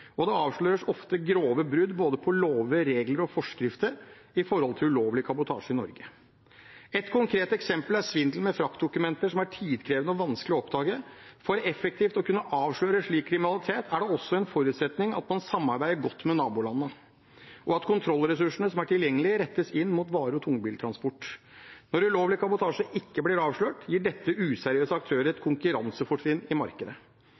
og det avsløres ofte grove brudd på både lover, regler og forskrifter når det gjelder ulovlig kabotasje i Norge. Et konkret eksempel er svindel med fraktdokumenter, som er tidkrevende og vanskelig å oppdage. For effektivt å kunne avsløre slik kriminalitet er det også en forutsetning at man samarbeider godt med nabolandene, og at kontrollressursene som er tilgjengelige, rettes inn mot vare- og tungbiltransport. Når ulovlig kabotasje ikke blir avslørt, gir dette useriøse aktører et konkurransefortrinn i markedet.